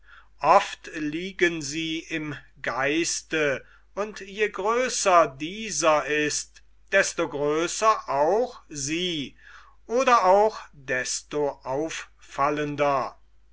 oft liegen sie im geiste und je größer dieser ist desto größer auch sie oder auch desto auffallender